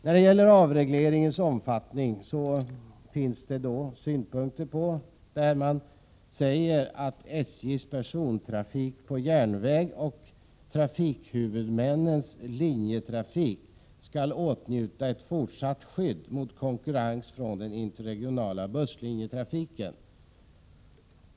När det gäller avregleringens omfattning säger man att SJ:s persontrafik på järnväg och trafikhuvudmännens linjetrafik skall åtnjuta fortsatt skydd mot konkurrens från den interregionala busslinjetrafiken.